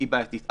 היא בעייתית.